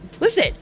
Listen